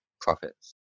profits